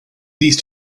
these